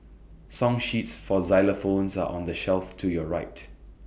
song sheets for xylophones are on the shelf to your right